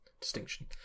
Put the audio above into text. distinction